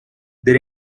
they